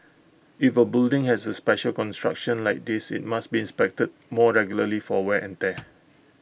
if A building has A special construction like this IT must be inspected more regularly for wear and tear